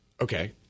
okay